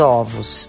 ovos